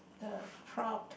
the crowd